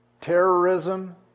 terrorism